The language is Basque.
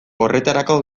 horretarako